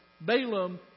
Balaam